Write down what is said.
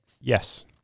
Yes